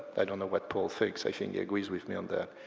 i don't know what paul thinks, i think he agrees with me on that.